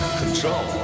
control